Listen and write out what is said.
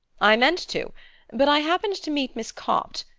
i meant to but i happened to meet miss copt,